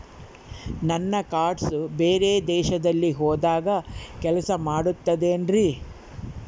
ನನ್ನ ಕಾರ್ಡ್ಸ್ ಬೇರೆ ದೇಶದಲ್ಲಿ ಹೋದಾಗ ಕೆಲಸ ಮಾಡುತ್ತದೆ ಏನ್ರಿ?